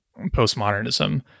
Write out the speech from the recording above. postmodernism